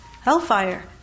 Hellfire